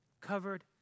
covered